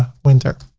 winter.